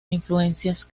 influencias